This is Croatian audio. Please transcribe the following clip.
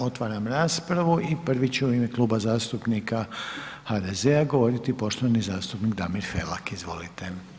Otvaram raspravu i prvi će u ime Kluba zastupnika HDZ-a govoriti poštovani zastupnik Damir Felak, izvolite.